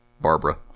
Barbara